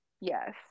Yes